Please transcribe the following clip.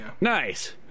Nice